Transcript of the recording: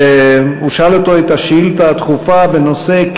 הוא שאל אותו את השאילתה הדחופה בנושא: